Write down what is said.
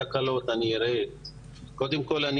קודם כל,